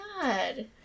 God